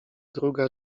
druga